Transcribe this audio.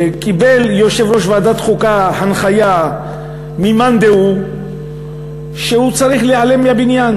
שקיבל יושב-ראש ועדת חוקה הנחיה ממאן דהוא שהוא צריך להיעלם מהבניין,